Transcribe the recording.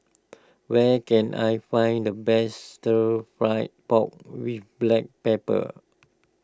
where can I find the best Stir Fry Pork with Black Pepper